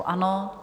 Ano.